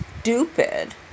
stupid